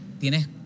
Tienes